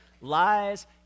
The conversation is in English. lies